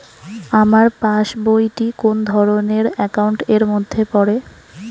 আমার পাশ বই টি কোন ধরণের একাউন্ট এর মধ্যে পড়ে?